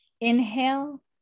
inhale